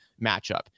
matchup